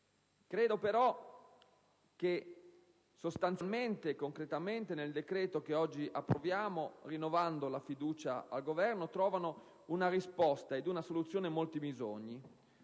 Presidente, che sostanzialmente e concretamente nel decreto che oggi approviamo rinnovando la fiducia al Governo trovino risposta e soluzione molti bisogni,